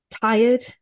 tired